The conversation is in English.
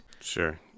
Sure